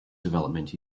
development